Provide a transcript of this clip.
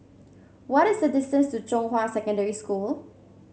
what is the distance to Zhonghua Secondary School